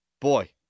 boy